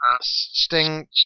Sting